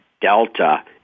Delta